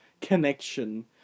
connection